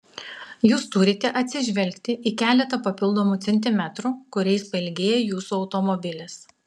jūs turite atsižvelgti į keletą papildomų centimetrų kuriais pailgėja jūsų automobilis